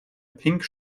pink